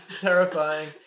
terrifying